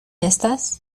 estas